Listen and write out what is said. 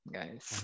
Guys